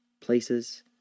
places